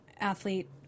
athlete